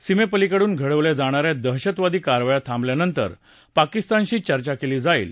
सीमेपलीकडून घडवल्या जाणा या दहशतवादी कारवाया थांबल्यानंतर पाकिस्तानशी चर्चा केली जाईल